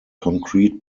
concrete